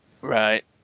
Right